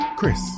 Chris